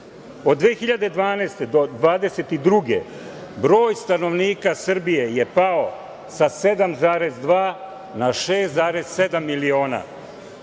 Od 2012. do 2022. godine, broj stanovnika Srbije je pao sa 7,2 na 6,7 miliona.